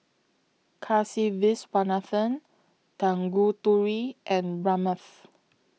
Kasiviswanathan Tanguturi and Ramnath